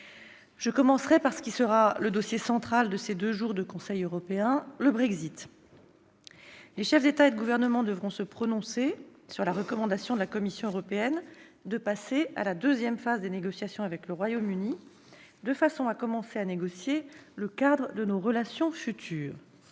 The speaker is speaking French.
Je commencerai par ce qui sera le dossier central de ces deux jours de Conseil européen : le Brexit. Les chefs d'État ou de gouvernement devront se prononcer sur la recommandation de la Commission européenne de passer à la deuxième phase des négociations avec le Royaume-Uni, de façon de commencer à négocier le cadre de nos relations futures.